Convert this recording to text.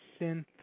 synth